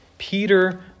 Peter